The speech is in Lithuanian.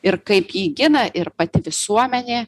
ir kaip jį gina ir pati visuomenė